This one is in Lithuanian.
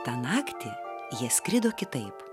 tą naktį jie skrido kitaip